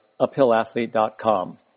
uphillathlete.com